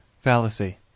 Fallacy